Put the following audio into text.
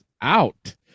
out